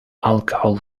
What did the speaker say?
alcohol